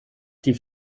die